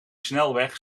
snelweg